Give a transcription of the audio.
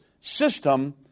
system